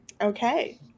Okay